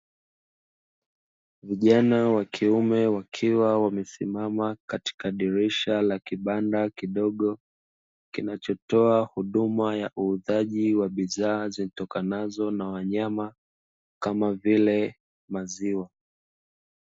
Vijana wa kiume wakiwa wamesimama katika dirisha la kibanda kidogo kinachotoa huduma ya uuzaji wa bidhaa zitokanazo na wanyama kama vile maziwa.